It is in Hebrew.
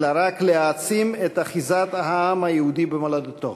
אלא רק להעצים את אחיזת העם היהודי במולדתו.